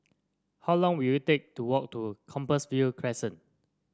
how long will it take to walk to Compassvale Crescent